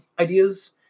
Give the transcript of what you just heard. ideas